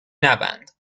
نبند